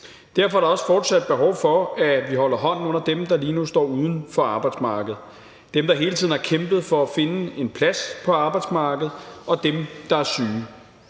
Derfor er der også fortsat behov for, at vi holder hånden under dem, der lige nu står uden for arbejdsmarkedet – dem, der hele tiden har kæmpet for at finde en plads på arbejdsmarkedet, og dem, der er syge.